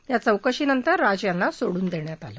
या चौकशी नंतर राज यांना सोडून देण्यात आलं